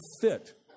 fit